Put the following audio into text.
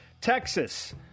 Texas